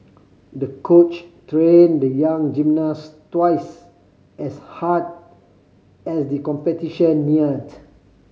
the coach trained the young gymnast twice as hard as the competition neared